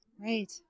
Right